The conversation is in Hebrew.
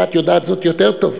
ואת יודעת זאת יותר טוב,